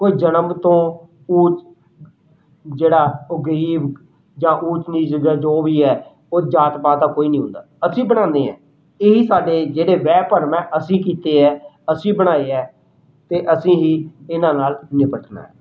ਕੋਈ ਜਨਮ ਤੋਂ ਊਚ ਜਿਹੜਾ ਉਹ ਗਰੀਬ ਜਾਂ ਊਚ ਨੀਚ ਜਾਂ ਜੋ ਵੀ ਹੈ ਉਹ ਜਾਤ ਪਾਤ ਦਾ ਕੋਈ ਨਹੀਂ ਹੁੰਦਾ ਅਸੀਂ ਬਣਾਉਂਦੇ ਹੈ ਇਹੀ ਸਾਡੇ ਜਿਹੜੇ ਵਹਿਮ ਭਰਮ ਹੈ ਅਸੀਂ ਕੀਤੇ ਹੈ ਅਸੀਂ ਬਣਾਏ ਹੈ ਅਤੇ ਅਸੀਂ ਹੀ ਇਹਨਾਂ ਨਾਲ ਨਿਪਟਣਾ ਹੈ